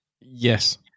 Yes